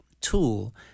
tool